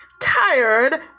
tired